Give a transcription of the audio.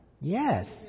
Yes